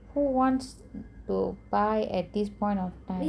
who wants to buy at this point of time